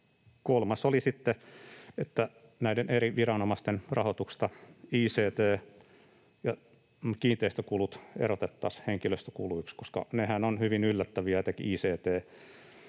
kolmas oli sitten, että näiden eri viranomaisten rahoituksesta ict-kiinteistökulut erotettaisiin henkilöstökuluiksi, koska nehän ovat hyvin yllättäviä, etenkin